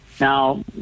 now